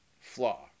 flaw